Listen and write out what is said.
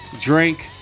drink